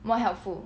more helpful